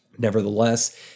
Nevertheless